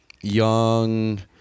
young